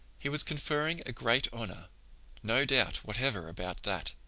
he was conferring a great honor no doubt whatever about that.